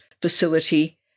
facility